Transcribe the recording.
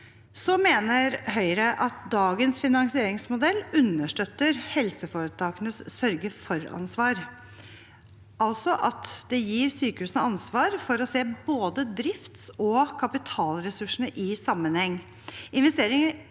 mener at dagens finansieringsmodell understøtter helseforetakenes sørge-for-ansvar, altså at det gir sykehusene ansvar for å se både drift og kapitalressurser i sammenheng.